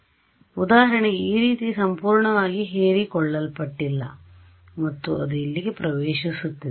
ಆದ್ದರಿಂದ ಉದಾಹರಣೆಗೆ ಈ ರೀತಿ ಸಂಪೂರ್ಣವಾಗಿ ಹೀರಿಕೊಳ್ಳಲ್ಪಟ್ಟಿಲ್ಲ ಮತ್ತು ಅದು ಇಲ್ಲಿಗೆ ಪ್ರವೇಶಿಸುತ್ತದೆ